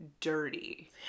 dirty